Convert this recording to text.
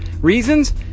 Reasons